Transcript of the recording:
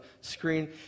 screen